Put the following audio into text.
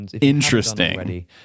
interesting